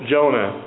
Jonah